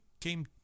came